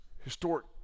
historic